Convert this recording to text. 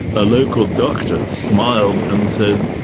a local doctor smiled and said,